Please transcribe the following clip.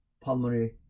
pulmonary